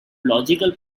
logical